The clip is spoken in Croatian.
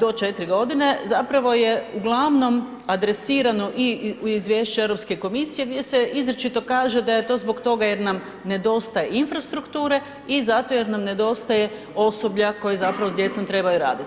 do 4.g., zapravo je uglavnom adresirano i u izvješću Europske komisije gdje se izričito kaže da je to zbog toga jer nam nedostaje infrastrukture i zato jer nam nedostaje osoblja koje zapravo s djecom treba i raditi.